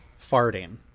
Farting